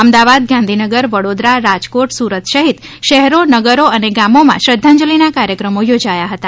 અમદાવાદ ગાંધીનગર વડોદરા રાજકોટ સુરત સહિત શહેરોનગરો અને ગામોમાં શ્રધ્ધાજલિ કાર્યક્રમો યોજાયા હતા